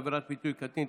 עבירת פיתוי קטין),